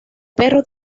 perros